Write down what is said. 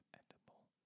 edible